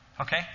Okay